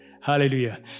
Hallelujah